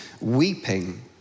weeping